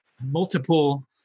multiple